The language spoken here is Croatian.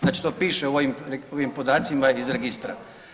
Znači to piše u ovim podacima iz registra.